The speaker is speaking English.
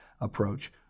approach